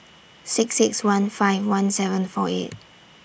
six six one five one seven four eight